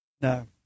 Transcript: No